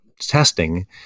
testing